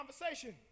conversation